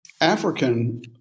African